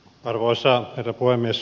arvoisa herra puhemies